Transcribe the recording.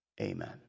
Amen